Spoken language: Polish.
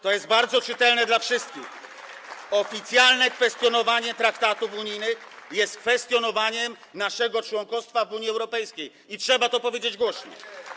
To jest bardzo czytelne dla wszystkich: oficjalne kwestionowanie traktatów unijnych jest kwestionowaniem naszego członkostwa w Unii Europejskiej i trzeba to powiedzieć głośno.